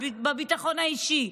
בביטחון האישי,